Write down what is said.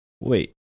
wait